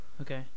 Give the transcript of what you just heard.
Okay